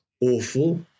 awful